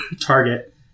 Target